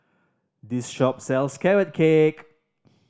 this shop sells Carrot Cake